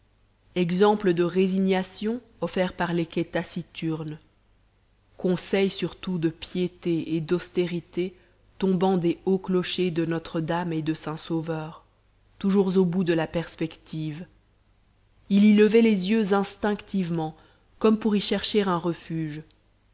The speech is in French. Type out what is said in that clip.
exemple de résignation offert par les quais taciturnes conseil surtout de piété et d'austérité tombant des hauts clochers de notre-dame et de saint-sauveur toujours au bout de la perspective il y levait les yeux instinctivement comme pour y chercher un refuge